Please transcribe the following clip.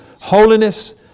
holiness